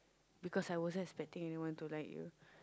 because I wasn't expecting anyone to like you